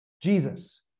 Jesus